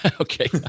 Okay